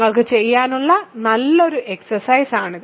നിങ്ങൾക്ക് ചെയ്യാനുള്ള നല്ലൊരു എക്സ്സർസൈസ് ആണിത്